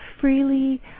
freely